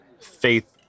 faith